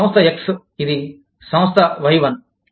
సంస్థ X ఇది సంస్థ Y1